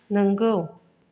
नंगौ